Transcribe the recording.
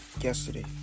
yesterday